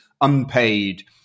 unpaid